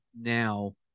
now